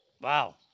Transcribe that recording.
Wow